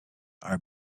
are